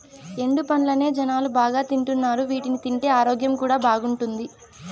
ఎండు పండ్లనే జనాలు బాగా తింటున్నారు వీటిని తింటే ఆరోగ్యం కూడా బాగుంటాది